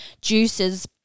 juices